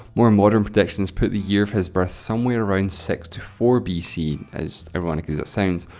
more modern predictions put the year of his birth somewhere around six to four bc, as ironic as it sounds.